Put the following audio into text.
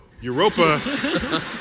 Europa